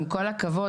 עם כל הכבוד,